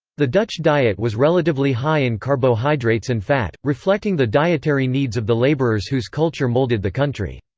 the dutch diet was relatively high in carbohydrates and fat, reflecting the dietary needs of the labourers whose culture moulded the country.